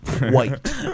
White